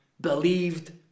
believed